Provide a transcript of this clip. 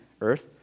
earth